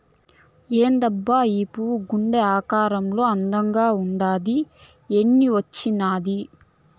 ఏందబ్బా ఈ పువ్వు గుండె ఆకారంలో అందంగుండాది ఏన్నించొచ్చినాది